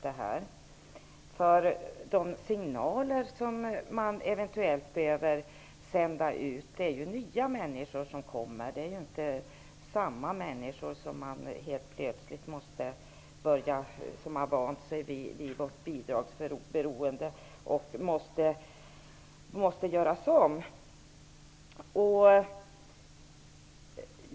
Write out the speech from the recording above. Det kan räcka med att sända ut signaler. Det kommer ju nya människor, och det är inte de som har vant sig vid ett bidragsberoende.